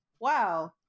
Wow